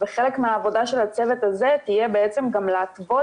וחלק מהעבודה של הצוות הזה תהיה גם להתוות